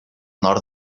nord